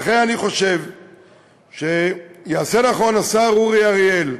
לכן, אני חושב שיעשה נכון השר אורי אריאל,